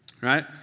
right